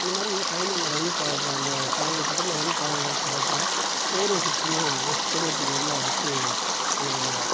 அந்தமாதிரி ஃபைனலில் ரன் தேவை அந்த ஃபைனல் கட்டத்தில் ரன் தேவைப்படுறப்ப ஃபோரும் சிக்ஸுமாக ஸ்டேடியத்துக்கு வெளியில் அடிச்சு இது பண்ணுவார்